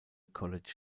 college